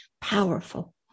powerful